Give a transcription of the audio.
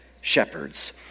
shepherds